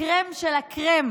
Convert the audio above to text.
הקרם של הקרם